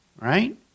right